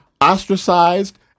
ostracized